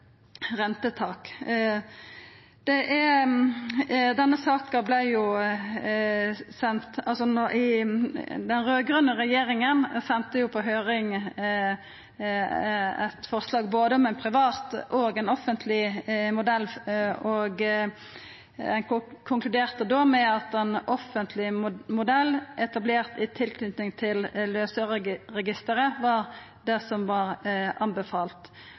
rentetak. Den raud-grøne regjeringa sende på høyring eit forslag om både ein privat og ein offentleg modell. Ein konkluderte da med at ein offentleg modell etablert i tilknyting til Løsøreregisteret var det ein anbefalte. I høyringa den gongen var det eit stort fleirtal av høyringsinstansane som peikte på at eit offentleg drive register etablert i Løsøreregisteret var